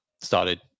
started